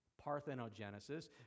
parthenogenesis